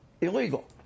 illegal